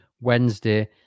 Wednesday